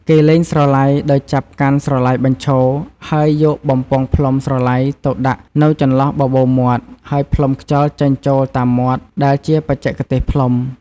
គេលេងស្រឡៃដោយចាប់កាន់ស្រឡៃបញ្ឈរ ហើយយកបំពង់ផ្លុំស្រឡៃទៅដាក់នៅចន្លោះបបូរមាត់ ហើយផ្លុំខ្យល់ចេញចូលតាមមាត់ ដែលជាបច្ចេកទេសផ្លុំ។